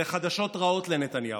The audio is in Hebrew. אלה חדשות רעות לנתניהו,